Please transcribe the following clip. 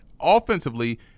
offensively